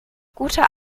guter